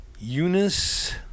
Eunice